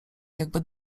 jakby